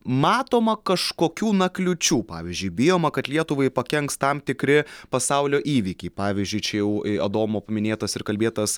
matoma kažkokių na kliūčių pavyzdžiui bijoma kad lietuvai pakenks tam tikri pasaulio įvykiai pavyzdžiui čia jau adomo paminėtas ir kalbėtas